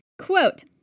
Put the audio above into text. Quote